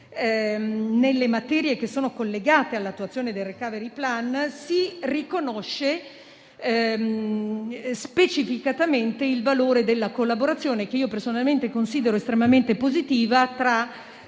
nelle materie collegate all'attuazione del *recovery plan* si riconosce specificatamente il valore della collaborazione, che personalmente considero estremamente positiva, tra